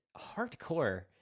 hardcore